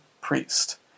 priest